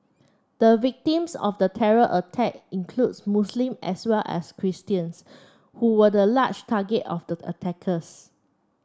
the victims of the terror attack includes Muslim as well as Christians who were the large target of the attackers